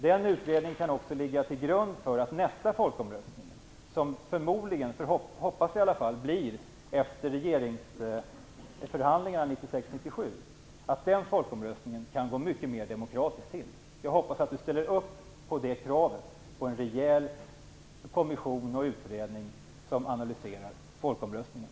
Den utredningen kan också göra att nästa folkomröstning - som vi hoppas kommer att äga rum efter regeringsförhandlingarna 1996 eller 1997 - kan gå mycket mer demokratiskt till. Jag hoppas att Widar Andersson ställer upp på kravet på en rejäl kommission och utredning som analyserar folkomröstningen.